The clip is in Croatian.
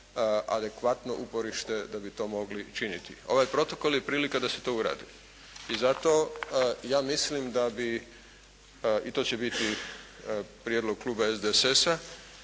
adekvatno uporište da bi to mogli činiti. Ovaj protokol je prilika da se to uradi i zato ja mislim da bi i to će biti prijedlog kluba SDSS-a